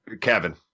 Kevin